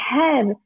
head